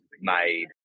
made